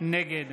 נגד